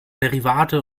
derivate